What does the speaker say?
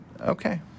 Okay